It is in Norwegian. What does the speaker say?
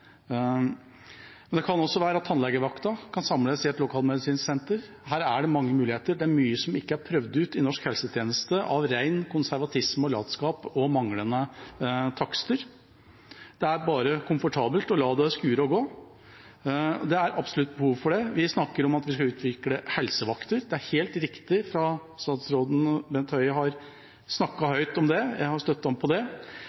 Men det kan også være at tannlegevakta kan samles i et lokalmedisinsk senter. Her er det mange muligheter. Det er mye som ikke er prøvd ut i norsk helsetjeneste av ren konservatisme og latskap og manglende takster. Det er komfortabelt bare å la det skure og gå. Men det er absolutt behov for det. Vi snakker om at vi skal utvikle helsevakter. Det er helt riktig. Statsråd Bent Høie har snakket høyt om det,